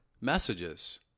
messages